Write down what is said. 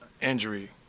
injury